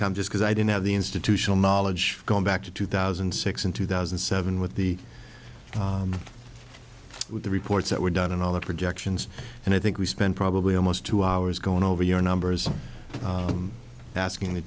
come just because i didn't have the institutional knowledge going back to two thousand and six and two thousand and seven with the with the reports that were done in all the projections and i think we spent probably almost two hours going over your numbers asking the